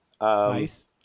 Nice